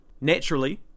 Naturally